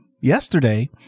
yesterday